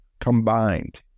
combined